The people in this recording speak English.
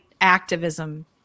activism